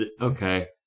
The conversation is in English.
okay